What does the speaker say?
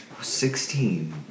Sixteen